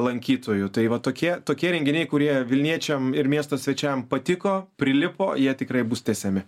lankytojų tai va tokie tokie renginiai kurie vilniečiams ir miesto svečiam patiko prilipo jie tikrai bus tęsiami